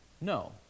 No